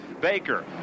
Baker